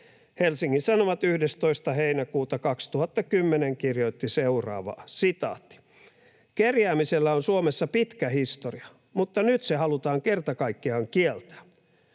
Helsingin Sanomat 11. heinäkuuta 2010 kirjoitti seuraavaa: ”Kerjäämisellä on Suomessa pitkä historia, mutta nyt se halutaan kerta kaikkiaan kieltää.